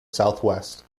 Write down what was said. southwest